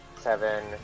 Seven